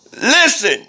Listen